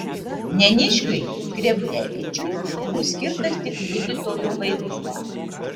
neniškiui krevnevičiui buvo skirtas tik liudytojo vaidmuo